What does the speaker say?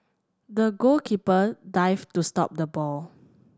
the goalkeeper dived to stop the ball